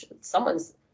someone's